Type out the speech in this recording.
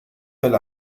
fell